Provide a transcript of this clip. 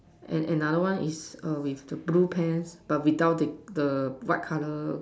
and another one is err with the blue pants but without the the white color